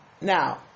Now